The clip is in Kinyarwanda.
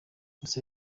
gusa